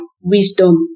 wisdom